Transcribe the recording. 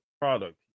product